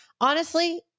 honestly-